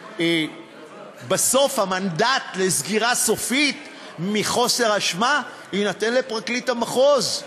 כשבסוף המנדט לסגירה סופית מחוסר אשמה יינתן לפרקליט המחוז,